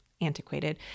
antiquated